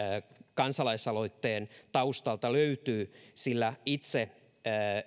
kansalaisaloitteen taustalta löytyy sillä itse